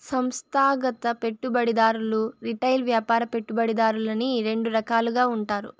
సంస్థాగత పెట్టుబడిదారులు రిటైల్ వ్యాపార పెట్టుబడిదారులని రెండు రకాలుగా ఉంటారు